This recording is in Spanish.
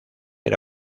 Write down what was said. era